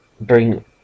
bring